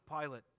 Pilate